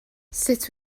sut